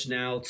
now